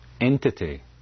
entity